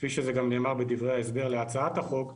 כפי שזה גם נאמר בדברי ההסבר להצעת החוק ,